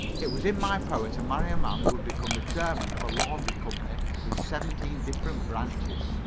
it was in my power to marry a man who would become the chairman of a laundry company with seventeen different branches.